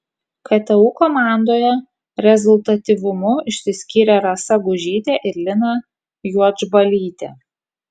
ktu komandoje rezultatyvumu išsiskyrė rasa gužytė ir lina juodžbalytė